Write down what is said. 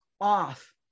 off